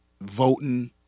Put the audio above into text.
voting